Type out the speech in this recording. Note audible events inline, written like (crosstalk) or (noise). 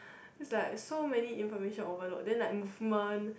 (breath) it's like so many information overload and then like movement